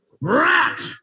Rat